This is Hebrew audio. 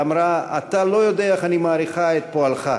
ואמרה: אתה לא יודע איך אני מעריכה את פועלך.